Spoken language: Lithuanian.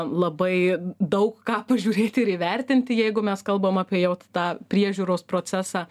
labai daug ką pažiūrėti ir įvertinti jeigu mes kalbam apie jau tą priežiūros procesą